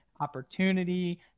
opportunity